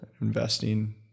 investing